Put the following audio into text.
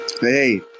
hey